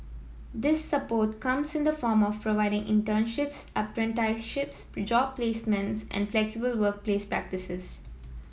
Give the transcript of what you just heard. this support comes in the form of internships apprenticeships job placements and flexible workplace practices